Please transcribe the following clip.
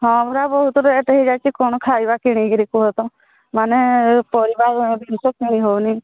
ହଁ ପରା ବହୁତ ରେଟ୍ ହେଇଯାଇଛି କ'ଣ ଖାଇବା କିଣିକିରି କୁହ ତ ମାନେ ପରିବା ଗୋଟେ କିଣି ହଉନି